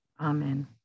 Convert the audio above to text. Amen